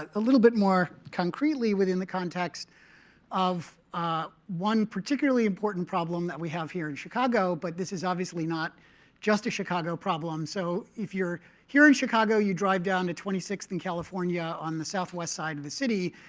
ah a little bit more concretely within the context of one particularly important problem that we have here in chicago. but this is obviously not just a chicago problem. so if you're here in chicago, you drive down to twenty sixth and california on the southwest side of the city,